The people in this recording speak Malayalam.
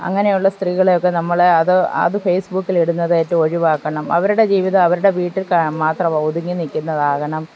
അങ്ങനെയുള്ള സ്ത്രീകളെയൊക്കെ നമ്മൾ അത് ഫെയ്സ് ബുക്കിൽ ഇടുന്നതായിട്ട് ഒക്കെ ഒഴിവാക്കണം അവരുടെ ജീവിതം അവരുടെ വീട്ടിൽ മാത്രം ഒതുങ്ങി നിൽക്കുന്നതാകണം